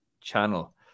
channel